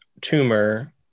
tumor